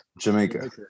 Jamaica